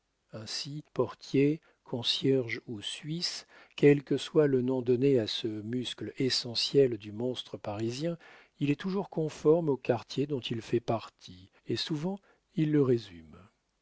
ainsi portier concierge ou suisse quel que soit le nom donné à ce muscle essentiel du monstre parisien il est toujours conforme au quartier dont il fait partie et souvent il le résume